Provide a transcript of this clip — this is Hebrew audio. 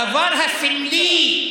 הדבר הסמלי,